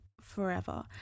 forever